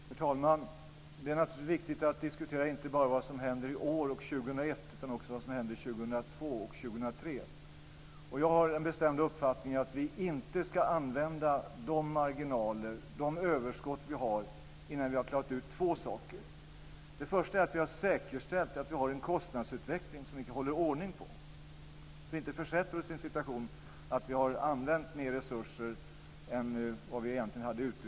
Herr talman! Det är naturligtvis viktigt att inte bara diskutera vad som händer i år och 2001 utan också vad som händer 2002 och 2003. Jag har en bestämd uppfattning att vi inte ska använda de överskott vi har innan vi har klarat ut två saker. För det första måste vi säkerställa att vi har en kostnadsutveckling som vi håller ordning på så att vi inte försätter oss i en situation där vi har använt mer resurser än vad vi egentligen har utrymme för.